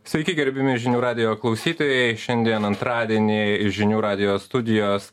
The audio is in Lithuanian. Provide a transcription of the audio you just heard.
sveiki gerbiami žinių radijo klausytojai šiandien antradienį žinių radijo studijos